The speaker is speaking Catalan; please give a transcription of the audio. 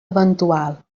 eventual